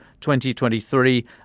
2023